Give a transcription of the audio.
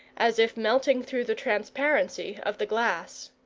as if melting through the transparency of the glass.